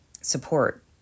support